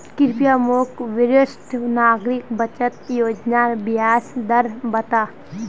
कृप्या मोक वरिष्ठ नागरिक बचत योज्नार ब्याज दर बता